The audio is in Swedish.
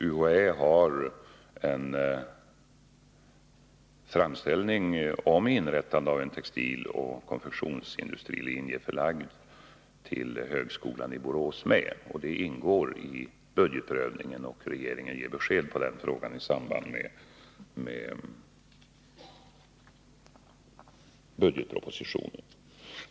UHÄ har lämnat in en framställning om inrättande av en textiloch konfektionsindustrilinje förlagd till högskolan i Borås. Den ingår i budgetprövningen, och regeringen ger besked om den frågan i samband med budgetpropositionen.